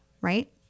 right